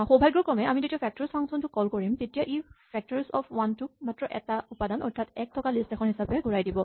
সৌভাগ্যক্ৰমে আমি যেতিয়া ফেক্টৰছ ফাংচন টো কল কৰিম তেতিয়া ই ফেক্টৰছ অফ ৱান টোক এটা মাত্ৰ উপাদান অৰ্থাৎ এক থকা লিষ্ট এখন হিচাপে ঘূৰাই দিব